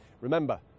Remember